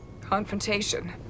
Confrontation